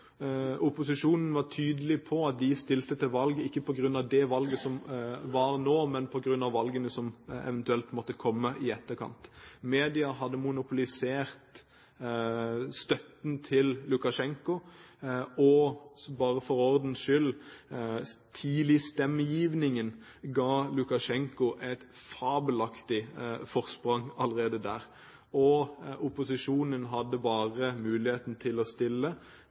Opposisjonen var tydelig på at de stilte til valg ikke på grunn av det valget som var nå, men på grunn av valgene som eventuelt måtte komme i etterkant. Media hadde monopolisert støtten til Lukasjenko og ga bare for ordens skyld tidlig i stemmegivningen Lukasjenko et fabelaktig forsprang allerede der. Opposisjonen hadde bare muligheten til å stille